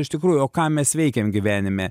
iš tikrųjų o ką mes veikiam gyvenime